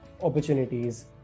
opportunities